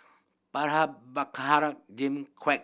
Jimmy Quek